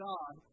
God